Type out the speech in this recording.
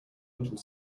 little